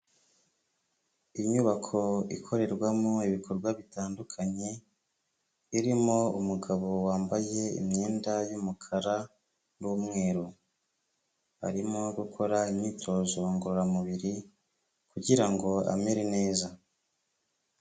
Inyubako ikorerwamo ibikorwa bitandukanye, irimo umugabo wambaye imyenda y'umukara n'umweru, arimo gukora imyitozo ngororamubiri kugira ngo amere neza.